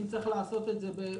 אם צריך לעשות את זה בהנחיות,